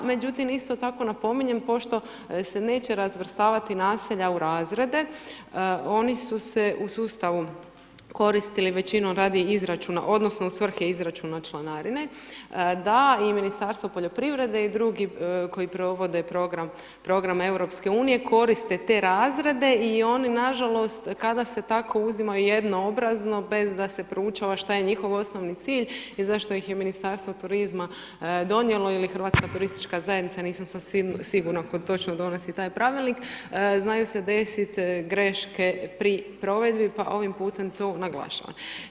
Međutim isto tako napominjem pošto se neće razvrstavati naselja u razrede oni su se u sustavu koristili većinom radi izračuna, odnosno u svrhe izračuna članarine da i Ministarstvo poljoprivrede i drugi koji provode program EU koriste te razrede i oni nažalost kada se tako uzimaju jednoobrazno bez da se proučava šta je njihov osnovni cilj i zašto ih je Ministarstvo turizma donijelo iz HTZ, nisam sad sigurna tko točno donosi taj pravilnik, znaju se desiti greške pri provedbi pa ovim putem to naglašavam.